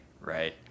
right